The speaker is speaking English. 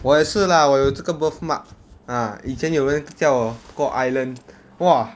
我也是 lah 我有这个 birthmark ah 以前有人叫我过 island !wah!